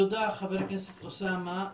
תודה, חבר הכנסת אוסאמה.